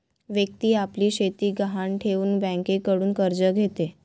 व्यक्ती आपली शेती गहाण ठेवून बँकेकडून कर्ज घेते